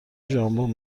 ژامبون